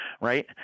right